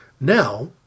now